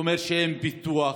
זה אומר שאין פיתוח,